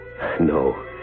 No